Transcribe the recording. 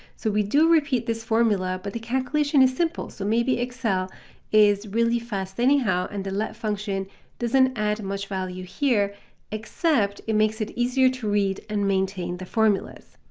so we do repeat this formula, but the calculation is simple, so maybe excel is really fast anyhow and the let function doesn't add much value here except it makes it easier to read and maintain the formulas.